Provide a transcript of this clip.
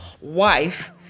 wife